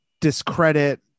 discredit